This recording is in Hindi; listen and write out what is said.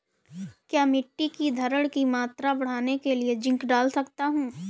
क्या मिट्टी की धरण की मात्रा बढ़ाने के लिए जिंक डाल सकता हूँ?